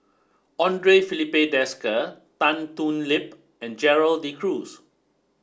Andre Filipe Desker Tan Thoon Lip and Gerald De Cruz